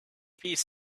piece